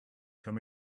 come